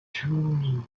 two